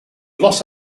los